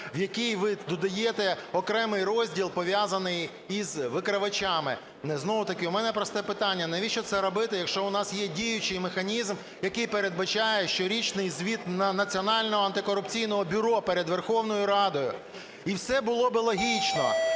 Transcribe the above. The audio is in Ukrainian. в який ви додаєте окремий розділ, пов'язаний із викривачами. Знов-таки у мене просте питання: навіщо це робити, якщо у нас є діючий механізм, який передбачає щорічний звіт Національного антикорупційного бюро перед Верховною Радою? І все було би логічно,